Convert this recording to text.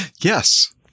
Yes